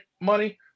money